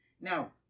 Now